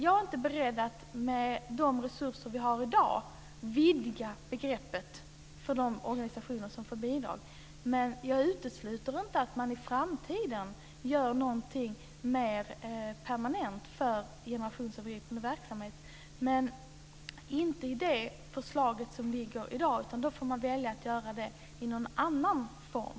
Jag är inte beredd att med de resurser som vi har i dag vidga begreppet för de organisationer som får bidrag, men jag utesluter inte att man i framtiden gör någonting mer permanent för generationsövergripande verksamhet. Men det gäller inte i det förslag som ligger i dag, utan då får man välja att göra det i någon annan form.